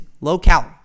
low-calorie